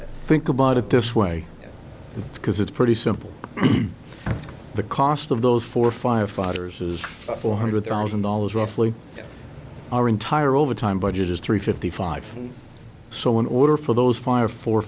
think about it this way because it's pretty simple the cost of those four firefighters is four hundred thousand dollars roughly our entire overtime budget is three fifty five so in order for those fire for